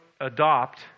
adopt